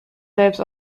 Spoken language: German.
selbst